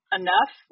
enough